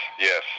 yes